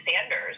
Sanders